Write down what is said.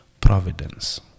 providence